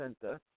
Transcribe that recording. Center